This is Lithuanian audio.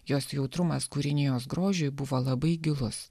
jos jautrumas kūrinijos grožiui buvo labai gilus